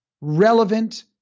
relevant